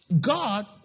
God